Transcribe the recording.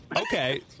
Okay